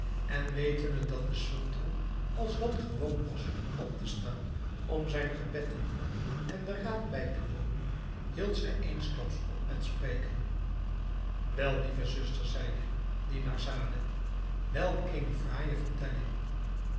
en wetende dat de sultan alsdan gewoon was op te staan om zijn gebed te doen en den raad bij te wonen hield zij eensklaps op met spreken wel lieve zuster zeide dinarzade welk eene fraaije vertelling